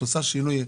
עושה שינוי.